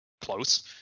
close